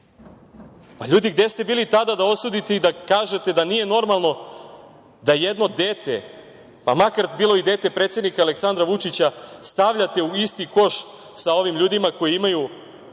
Ljudi, gde ste bili tada da osudite i da kažete da nije normalno da jedno dete, pa makar bilo i dete predsednika Aleksandra Vučića, stavljate u isti koš sa ovim ljudima koji imaju